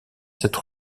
cette